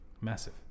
Massive